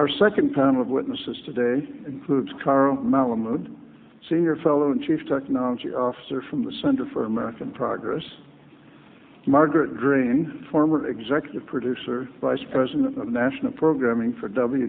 our second panel of witnesses today includes current malamud senior fellow and chief technology officer from the center for american progress margaret green former executive producer vice president of the national programming for w